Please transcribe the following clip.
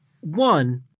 One